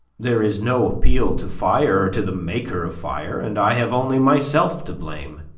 there is no appeal to fire or to the maker of fire, and i have only myself to blame.